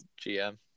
GM